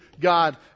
God